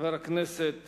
חבר הכנסת